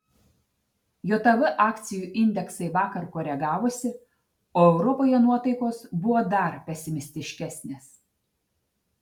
jav akcijų indeksai vakar koregavosi o europoje nuotaikos buvo dar pesimistiškesnės